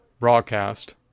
Broadcast